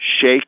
Shake